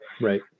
Right